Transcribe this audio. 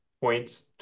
points